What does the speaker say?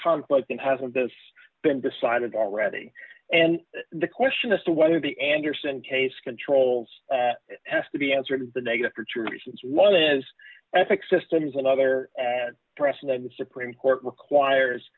conflict and hasn't this been decided already and the question as to whether the andersen case controls has to be answered the negative are two reasons one is ethics systems another trust of the supreme court requires